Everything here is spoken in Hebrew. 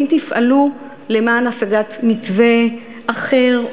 אם תפעלו למען השגת מתווה אחר,